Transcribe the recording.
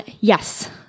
Yes